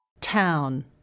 Town